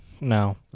No